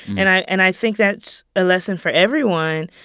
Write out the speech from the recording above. and i and i think that's a lesson for everyone,